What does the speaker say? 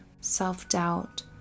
self-doubt